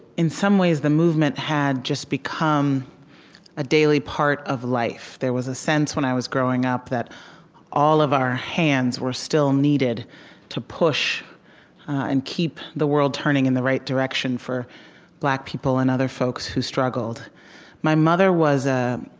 in some ways, the movement had just become a daily part of life. there was a sense, when i was growing up, that all of our hands were still needed to push and keep the world turning in the right direction for black people and other folks who struggled my mother was a